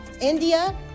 India